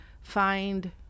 find